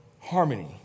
harmony